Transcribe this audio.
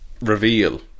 reveal